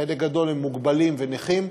חלק גדול הם מוגבלים ונכים,